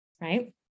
Right